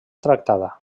tractada